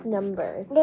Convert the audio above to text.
Numbers